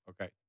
Okay